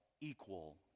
equal